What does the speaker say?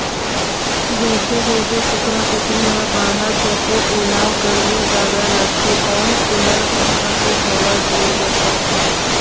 जइसे जइसे कुकरा कुकरी ह बाढ़त जाथे ओला गरमी जादा लागथे त कूलर, पंखा के हवा दिये बर परथे